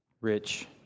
rich